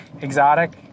exotic